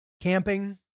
Camping